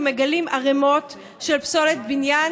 ומגלים ערימות של פסולת בניין,